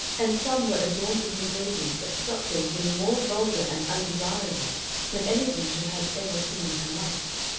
and some were adorned with engravings that struck her as being more vulgar and undesirable than anything she had ever seen in her life.